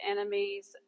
enemies